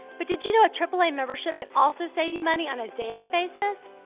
but did you know a triple a membership can also save you money on a daily basis?